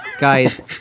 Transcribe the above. Guys